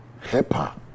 hip-hop